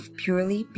purely